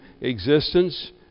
existence